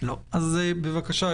אז בבקשה,